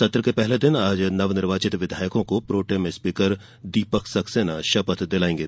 सत्र के पहले दिन आज नवनिर्वाचित विधायको को प्रोटेम स्पीकर दीपक सक्सेना शपथ दिलायेंगे